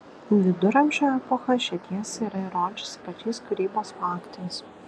viduramžio epocha šią tiesą yra įrodžiusi pačiais kūrybos faktais